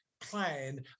plan